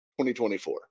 2024